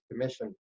commission